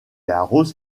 arrose